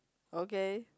okay